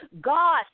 God